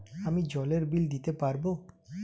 আমি জলের বিল দিতে পারবো?